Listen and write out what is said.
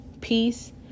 peace